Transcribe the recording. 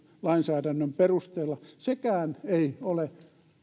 lainsäädännön perusteella sekään ei ole